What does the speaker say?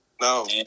No